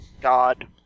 God